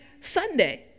Sunday